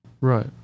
right